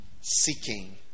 Seeking